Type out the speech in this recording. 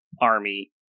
army